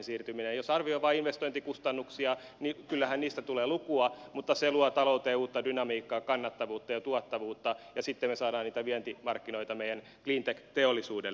jos arvioi vain investointikustannuksia niin kyllähän niistä tulee lukua mutta se luo talouteen uutta dynamiikkaa kannattavuutta ja tuottavuutta ja sitten me saamme niitä vientimarkkinoita meidän cleantech teollisuudelle